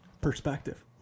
Perspective